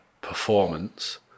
performance